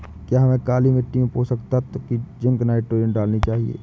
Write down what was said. क्या हमें काली मिट्टी में पोषक तत्व की जिंक नाइट्रोजन डालनी चाहिए?